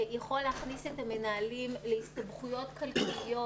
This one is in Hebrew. יכול להכניס את המנהלים להסתבכויות כלכליות,